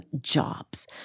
jobs